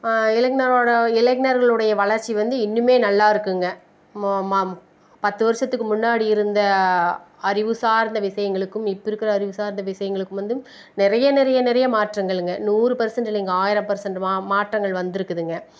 இளைஞரோடய இளைஞர்களுடைய வளர்ச்சி வந்து இன்னுமே நல்லா இருக்குதுங்க பத்து வருஷத்துக்கு முன்னாடி இருந்த அறிவு சார்ந்த விஷயங்களுக்கும் இப்போ இருக்கிற அறிவு சார்ந்த விஷயங்களுக்கும் வந்து நிறைய நிறைய நிறைய மாற்றங்களுங்க நூறு பர்சண்ட் இல்லைங்க ஆயிரம் பர்சண்ட் மா மாற்றங்கள் வந்திருக்குதுங்க